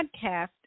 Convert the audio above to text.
podcast